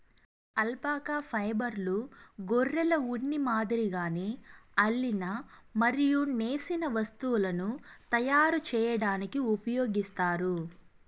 alpaca ఫైబర్ను గొర్రెల ఉన్ని మాదిరిగానే అల్లిన మరియు నేసిన వస్తువులను తయారు చేయడానికి ఉపయోగిస్తారు